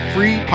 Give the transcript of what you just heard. Free